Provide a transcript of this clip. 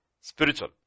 Spiritual